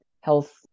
health